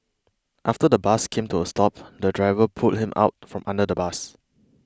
after the bus came to a stop the driver pulled him out from under the bus